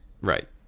Right